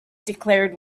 declared